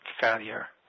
failure